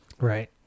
right